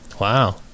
Wow